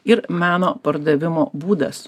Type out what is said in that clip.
ir meno pardavimo būdas